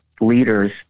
leaders